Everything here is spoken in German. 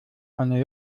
eine